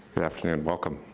good afternoon, welcome.